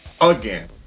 again